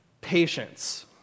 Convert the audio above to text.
patience